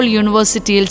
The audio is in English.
University